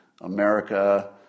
America